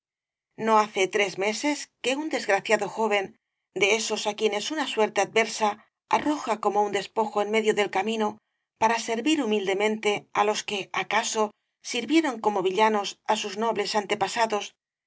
no hace tres meses que un desgraciado joven de esos á quienes una suerte adversa arroja como un despojo en medio del camino para servir humildemente á los que acaso sirvieron como villanos á sus nobles antepasados